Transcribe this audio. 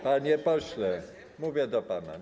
Panie pośle, mówię do pana.